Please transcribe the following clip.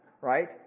right